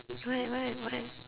what what what